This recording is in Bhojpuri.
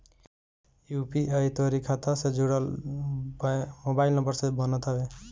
यू.पी.आई तोहरी बैंक खाता से जुड़ल मोबाइल नंबर से बनत हवे